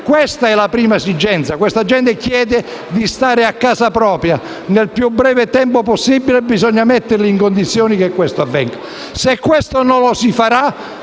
Questa è la prima esigenza. Quella gente chiede di stare a casa propria e nel più breve tempo possibile e bisogna creare le condizioni perché questo avvenga. Se questo non lo si farà